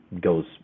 goes